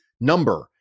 number